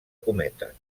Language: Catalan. cometes